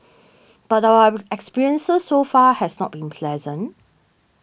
but our experiences so far has not been pleasant